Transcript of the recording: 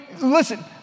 listen